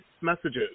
messages